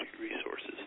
resources